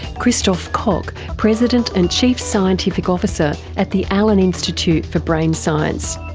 christof koch, president and chief scientific officer at the allen institute for brain science.